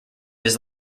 his